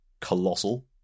colossal